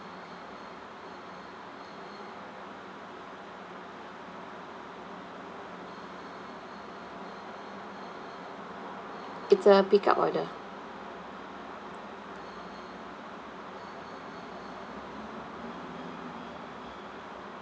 it's a pick up order